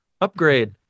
upgrade